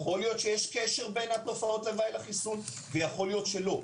יכול להיות שיש קשר בין תופעות הלוואי לחיסון ויכול להיות שלא,